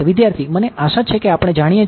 વિદ્યાર્થી મને આશા છે કે આપણે જાણીએ છીએ